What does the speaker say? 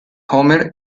homer